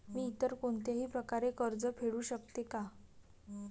मी इतर कोणत्याही प्रकारे कर्ज फेडू शकते का?